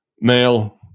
male